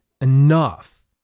enough